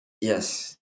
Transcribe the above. Yes